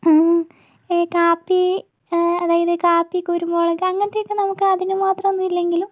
കാപ്പി അതായത് കാപ്പി കുരുമുളക് അങ്ങനത്തെയൊക്കെ നമുക്ക് അതിന് മാത്രമൊന്നുമില്ലെങ്കിലും